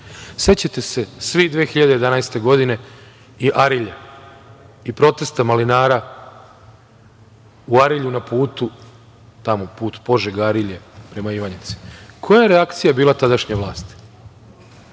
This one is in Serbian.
Sećate se svi 2011. godine i Arilja i protesta malinara u Arilju na putu Požega-Arilje prema Ivanjici. Koja je reakcija bila tadašnje vlasti?